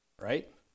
Right